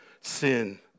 sin